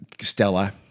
Stella